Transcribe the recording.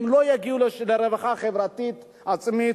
הם לא יגיעו לרווחה חברתית עצמית,